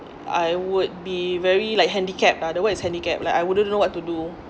I would be very like handicapped uh the word is handicapped like I wouldn't know what to do